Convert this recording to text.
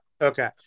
okay